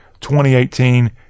2018